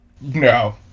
No